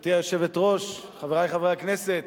גברתי היושבת-ראש, חברי חברי הכנסת,